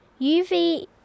UV